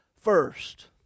first